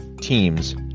teams